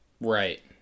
Right